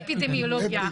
אפידמיולוגיה.